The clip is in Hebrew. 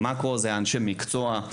במאקרו אנשי מקצוע,